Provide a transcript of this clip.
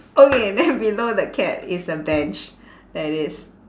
okay then below the cat is a bench that is